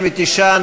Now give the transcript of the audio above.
49,